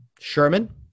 Sherman